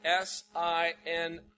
S-I-N